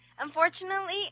Unfortunately